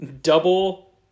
double